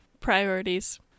priorities